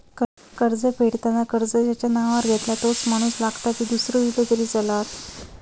कर्ज फेडताना कर्ज ज्याच्या नावावर घेतला तोच माणूस लागता की दूसरो इलो तरी चलात?